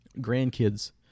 grandkids